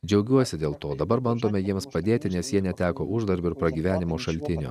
džiaugiuosi dėl to dabar bandome jiems padėti nes jie neteko uždarbio ir pragyvenimo šaltinio